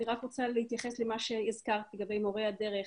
אני רק רוצה להתייחס למה שהזכרת לגבי מורי הדרך.